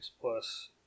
plus